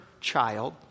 child